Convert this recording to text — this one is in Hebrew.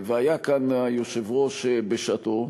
והיה כאן היושב-ראש, בשעתו,